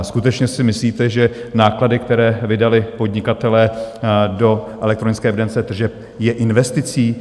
Skutečně si myslíte, že náklady, které vydali podnikatelé do elektronické evidence tržeb, jsou investicí?